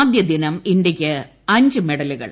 ആദ്യദിനം ഇന്ത്യയ്ക്ക് അഞ്ച് മെഡലുകൾ